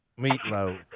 meatloaf